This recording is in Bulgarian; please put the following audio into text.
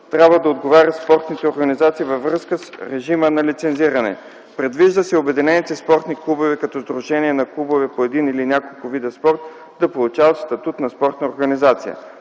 трябва да отговарят спортните организации във връзка с режима на лицензиране. Предвижда се обединените спортни клубове като сдружения на клубове по един или няколко видове спорт да получават статут на спортна организация.